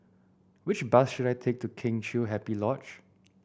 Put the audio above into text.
which bus should I take to Kheng Chiu Happy Lodge